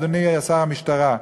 אדוני שר המשטרה,